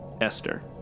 Esther